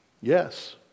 yes